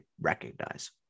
recognize